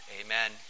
Amen